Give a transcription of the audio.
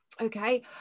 okay